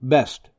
Best